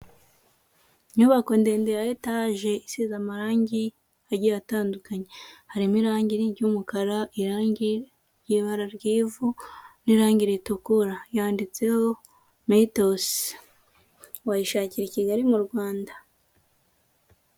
Inyubako ndende ya etaje isize amarangi agiye atandukanye, harimo irangi ry'umukara, irangi ry’ibara ry’ivu n'irangi ritukura, yanditseho metosi, wayishakira i Kigali mu Rwanda.